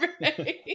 Right